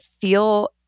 feel